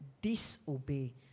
disobey